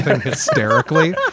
hysterically